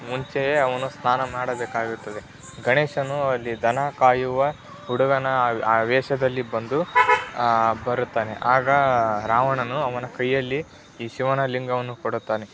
ಮುಂಚೆಯೇ ಅವನು ಸ್ನಾನ ಮಾಡಬೇಕಾಗುತ್ತದೆ ಗಣೇಶನು ಅಲ್ಲಿ ದನ ಕಾಯುವ ಹುಡುಗನ ವೇಷದಲ್ಲಿ ಬಂದು ಬರುತ್ತಾನೆ ಆಗ ರಾವಣನು ಅವನ ಕೈಯಲ್ಲಿ ಈ ಶಿವನ ಲಿಂಗವನ್ನು ಕೊಡುತ್ತಾನೆ